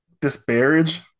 disparage